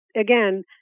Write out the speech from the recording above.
again